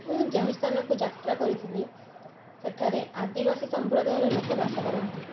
ମୁଁ ଯେଉଁ ସ୍ଥାନକୁ ଯାତ୍ରା କରିଥିଲି ସେଠାରେ ଆଦିବାସୀ ସମ୍ପ୍ରଦାୟର ଲୋକ ବାସ କରନ୍ତି